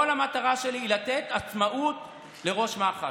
כל המטרה שלי היא לתת עצמאות לראש מח"ש.